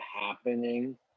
happening